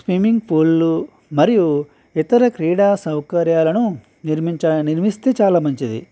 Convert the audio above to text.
swimming పూల్లు మరియు ఇతర క్రీడా సౌకర్యాలను నిర్మించాలని నిర్మిస్తే చాలా మంచిది